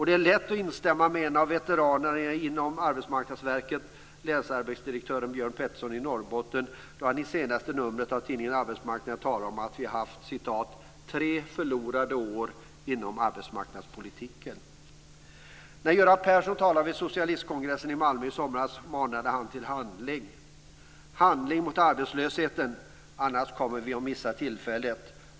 Det är lätt att instämma med en av veteranerna inom Arbetsmarknadsverket, länsarbetsdirektör Björn Pettersson i Norrbotten, då han i senaste numret av tidningen Arbetsmarknaden talar om att vi haft "tre förlorade år inom arbetsmarknadspolitiken". När Göran Persson talade vid socialistkongressen i Malmö i somras manade han till handling: Handling mot arbetslösheten annars kommer vi att missa tillfället.